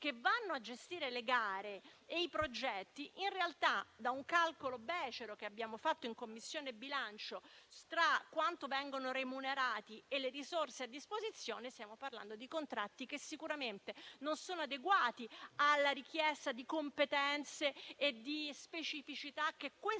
che dovranno gestire le gare e i progetti, secondo un calcolo becero che abbiamo fatto in Commissione bilancio tra quanto vengono remunerati e le risorse a disposizione, sicuramente non sono adeguati alla richiesta di competenze e di specificità che la